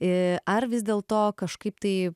i ar vis dėlto kažkaip tai